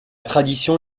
tradition